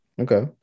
Okay